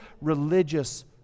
religious